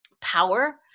power